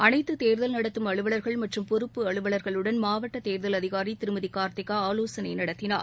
அனைத்து தேர்தல் நடத்தும் அலுவலர்கள் மற்றும் பொறுப்பு அலுவலர்களுடன் மாவட்ட தேர்தல் அதிகாரி திருமதி கார்த்திகா ஆலோசனை நடத்தியுள்ளார்